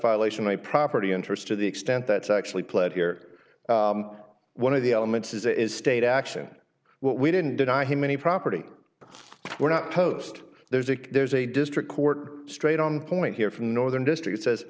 violation my property interest to the extent that's actually pled here one of the elements is a state action we didn't deny him any property we're not post there's a there's a district court straight on point here from the northern district says